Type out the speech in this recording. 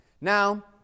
Now